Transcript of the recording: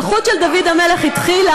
המלכות של דוד המלך התחילה,